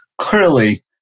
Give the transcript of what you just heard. Clearly